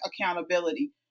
accountability